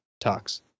talks